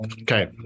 Okay